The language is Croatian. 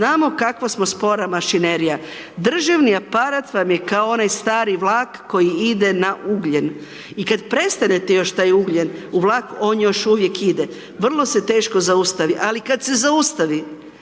znamo kako smo spora mašinerija. Državni aparat vam je kao onaj stari vlak koji ide na ugljen i kada prestanete još taj ugljen u vlak, on još uvijek ide, vrlo teško se zaustavi, ali kada se zaustavi,